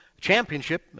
Championship